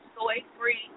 soy-free